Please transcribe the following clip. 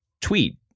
tweet